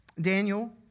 Daniel